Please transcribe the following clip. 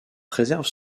préserve